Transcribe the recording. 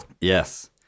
Yes